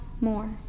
more